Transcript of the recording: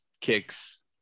kicks